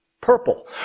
purple